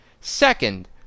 Second